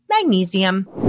magnesium